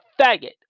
faggot